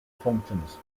functions